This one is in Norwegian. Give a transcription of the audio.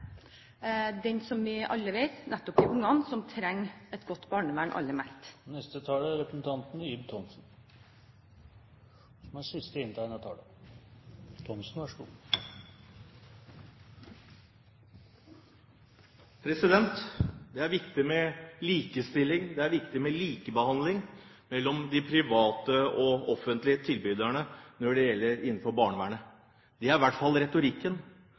som vi alle vet, nettopp de barna som trenger et godt barnevern aller mest. Det er viktig med likestilling, og det er viktig med likebehandling mellom de private og offentlige tilbyderne innenfor barnevernet. Det er i hvert fall retorikken, og det er den retorikken vi hører nå i Stortinget. Alle partier sier dette. Alle utenfra sier også at dette er